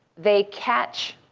they catch